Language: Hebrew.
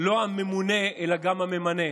לא הממונה אלא גם הממנה.